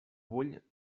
vull